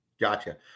Gotcha